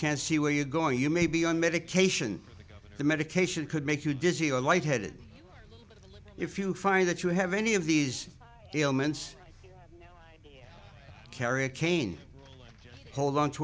can see where you going you may be on medication the medication could make you dizzy or light headed if you find that you have any of these ailments carry a cane hold on to